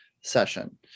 session